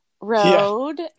road